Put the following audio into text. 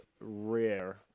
rare